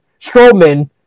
Strowman